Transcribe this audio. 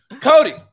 cody